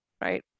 right